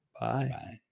bye